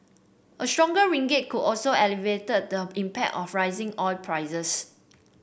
a stronger ringgit could also alleviate the impact of rising oil prices